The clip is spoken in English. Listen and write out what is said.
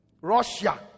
Russia